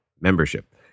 membership